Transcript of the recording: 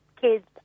kids